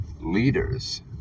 leaders